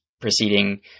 proceeding